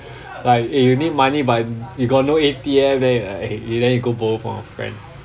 like eh you need money but you got no A_T_M then eh then you go borrow from a friend